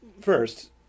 first